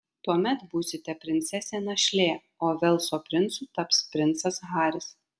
tuomet būsite princesė našlė o velso princu taps princas haris